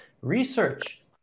research